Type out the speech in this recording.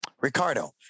Ricardo